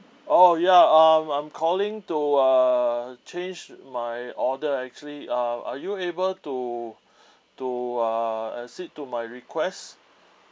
oh ya um I'm calling to uh change my order actually uh are you able to to uh accede to my request